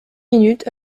minute